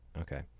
Okay